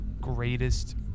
greatest